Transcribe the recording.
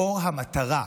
לאור המטרה,